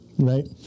Right